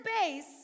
base